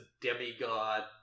demigod